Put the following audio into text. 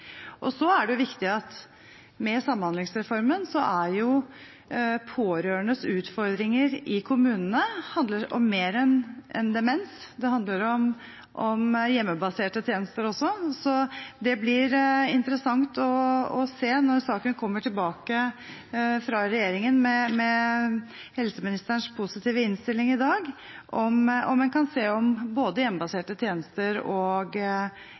Så er det viktig at med Samhandlingsreformen handler de pårørendes utfordringer i kommunene om mer enn demens; det handler om hjemmebaserte tjenester også. Så det blir interessant å se når saken kommer tilbake fra regjeringen – og med helseministerens positive innstilling i dag – om både hjemmebaserte tjenester og institusjoner blir en del av dette. Men denne saken handler også veldig mye om